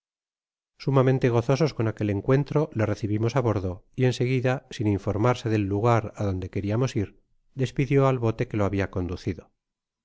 sumamente gozosos con aquel encuentro le recibimos á bordo y en seguida sin informarse del lugar adonde queriamos ir despidio al bote que lo habia conducido